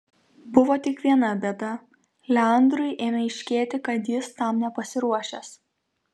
buvo tik viena bėda leandrui ėmė aiškėti kad jis tam nepasiruošęs